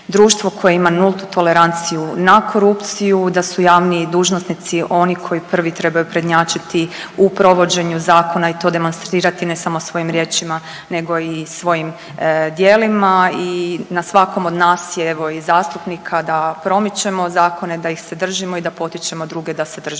društvo koje ima nultu toleranciju na korupciju da su javni dužnosnici oni koji prvi trebaju prednjačiti u provođenju zakona i to demonstrirati ne samo svojim riječima nego i svojim djelima. I na svakom od nas je evo i zastupnika da promičemo zakone, da ih se držimo i da potičemo druge da se drže